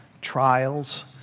trials